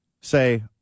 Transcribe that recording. say